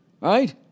Right